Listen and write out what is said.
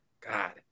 God